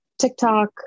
TikTok